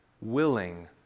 willing